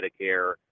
Medicare